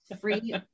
free